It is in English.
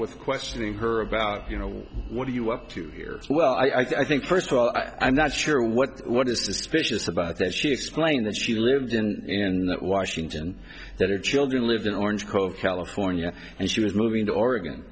with questioning her about you know what are you up to here well i think first of all i'm not sure what what is suspicious about that she explained that she lived and that washington that her children lived in orange cove california and she was moving to oregon